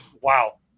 Wow